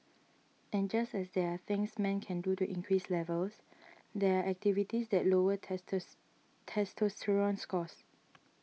and just as there are things men can do to increase levels there are activities that lower testos testosterone scores